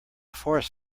forest